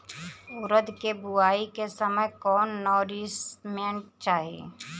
उरद के बुआई के समय कौन नौरिश्मेंट चाही?